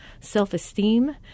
self-esteem